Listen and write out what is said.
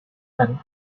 and